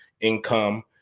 income